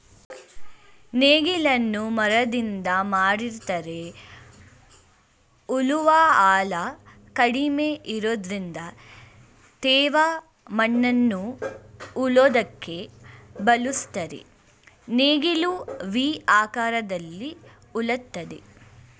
ನೇಗಿಲನ್ನು ಮರದಿಂದ ಮಾಡಿರ್ತರೆ ಉಳುವ ಆಳ ಕಡಿಮೆ ಇರೋದ್ರಿಂದ ತೇವ ಮಣ್ಣನ್ನು ಉಳೋದಕ್ಕೆ ಬಳುಸ್ತರೆ ನೇಗಿಲು ವಿ ಆಕಾರದಲ್ಲಿ ಉಳ್ತದೆ